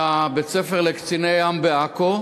אחד נמנע.